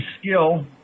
skill